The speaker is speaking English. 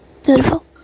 beautiful